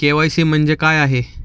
KYC म्हणजे काय आहे?